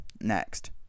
next